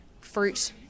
fruit